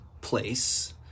place